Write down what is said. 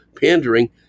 pandering